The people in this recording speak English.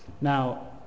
Now